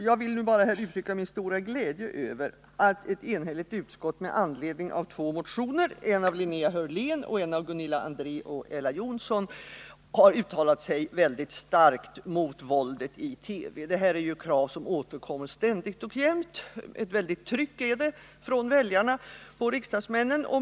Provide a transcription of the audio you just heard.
Jag vill här uttrycka min stora glädje över att ett enigt utskott med anledning av två motioner, en av Linnea Hörlén och en av Gunilla André och Ella Johnsson, har uttalat sig synnerligen starkt mot våldet i TV. — Det här är ju krav som återkommer ständigt och jämt; det är ett väldigt tryck från väljarna och riksdagsmännen.